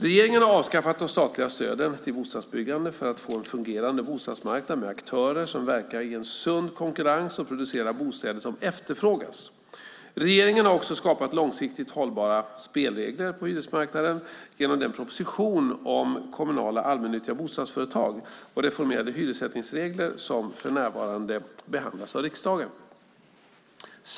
Regeringen har avskaffat de statliga stöden till bostadsbyggande för att få en fungerande bostadsmarknad med aktörer som verkar i en sund konkurrens och producerar bostäder som efterfrågas. Regeringen har också skapat långsiktigt hållbara spelregler på hyresmarknaden genom den proposition om kommunala allmännyttiga bostadsföretag och reformerade hyressättningsregler som för närvarande behandlas av riksdagen.